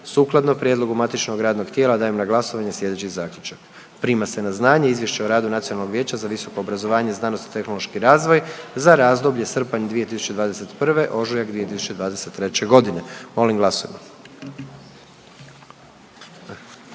Sukladno prijedlogu matičnog radnog tijela dajem na glasovanje slijedeći zaključak: Prima se na znanje Izvješće o radu Nacionalnog vijeća za visoko obrazovanje, znanost i tehnološki razvoj za razdoblje srpanj 2021., ožujak 2023.g., molim glasujmo.